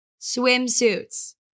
swimsuits